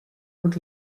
und